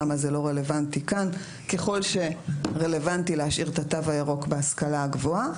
למה זה לא רלוונטי כאן ככל שרלוונטי להשאיר את התו הירוק בהשכלה הגבוהה.